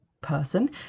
person